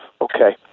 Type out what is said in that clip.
Okay